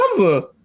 cover